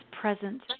present